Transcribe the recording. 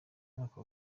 mwaka